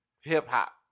hip-hop